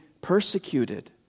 persecuted